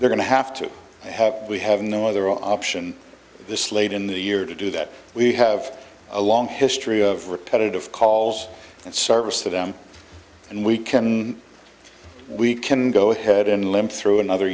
they're going to have to we have no other option this late in the year to do that we have a long history of repetitive calls and service to them and we can we can go ahead and limp through another